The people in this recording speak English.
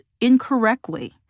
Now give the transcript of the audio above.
incorrectly